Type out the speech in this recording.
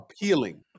appealing